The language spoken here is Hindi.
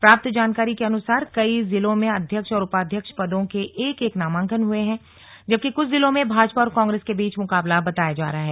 प्राप्त जानकारी के अनुसार कई जिलों में अध्यक्ष और उपाध्यक्ष पदों के एक एक नामांकन हुए हैं जबकि कुछ जिलों में भाजपा और कांग्रेस के बीच मुकाबला बताया जा रहा है